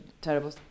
terrible